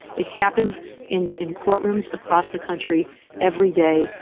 it happens in in courtrooms across the country every day.